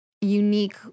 unique